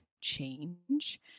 change